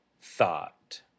thought